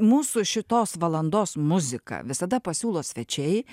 mūsų šitos valandos muziką visada pasiūlo svečiai